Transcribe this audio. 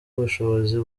ubushobozi